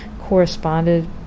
corresponded